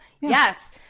Yes